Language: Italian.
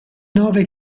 nove